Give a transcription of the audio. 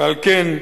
על כן,